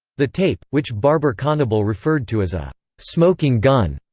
the tape, which barber conable referred to as a smoking gun,